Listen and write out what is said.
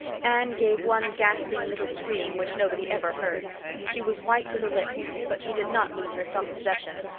anne gave one gasping little scream which nobody ever heard she was white to the lips, but she did not lose her self-possession.